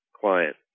client